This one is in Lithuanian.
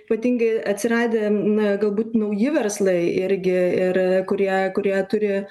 ypatingai atsiradę n galbūt nauji verslai irgi ir kurie kurie turi